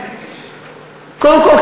קודם כול,